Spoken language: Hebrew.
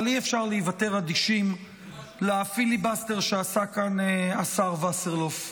אבל אי-אפשר להיוותר אדישים לפיליבסטר שעשה כאן השר וסרלאוף.